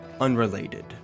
unrelated